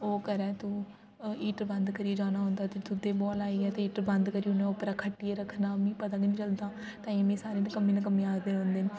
ओह् करै तूं हीटर बंद करियै जाना होंदा ऐ ते दुद्धै बोआला आई जा ते हीटर बंद करी ओड़ना उप्परा खट्टियै रक्खना ओह् मी पता गै नेईं चलदा ताइयें मी सारे नकम्मी नकम्मी आखदे रौंह्नदे न